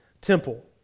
temple